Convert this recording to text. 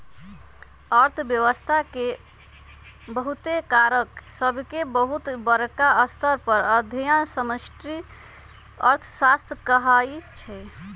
अर्थव्यवस्था के बहुते कारक सभके बहुत बरका स्तर पर अध्ययन समष्टि अर्थशास्त्र कहाइ छै